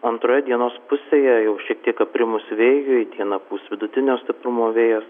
antroje dienos pusėje jau šiek tiek aprimus vėjui dieną pūs vidutinio stiprumo vėjas